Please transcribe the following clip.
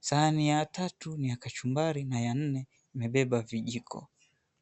sahani ya tatu ni ya kachumbari na ya nne imebeba vijiko.